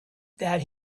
that